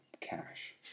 cash